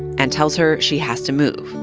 and tells her she has to move,